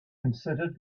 considered